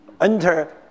enter